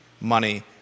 money